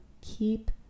Keep